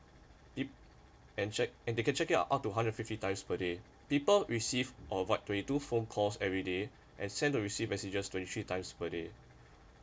and check and they can check you out two hundred and fifty times per day people received or avoid twenty two phone calls every day and send or receive messages twenty three times per day